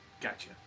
Gotcha